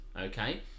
okay